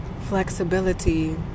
flexibility